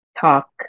talk